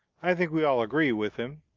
i think we all agree with him.